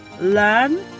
learn